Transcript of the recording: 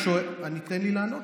תן לי לענות לך.